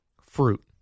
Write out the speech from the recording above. Fruit